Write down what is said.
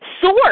source